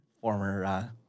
former